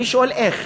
אני שואל, איך?